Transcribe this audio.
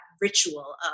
ritual